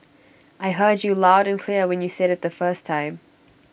I heard you loud and clear when you said IT the first time